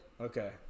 Okay